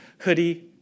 hoodie